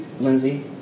Lindsay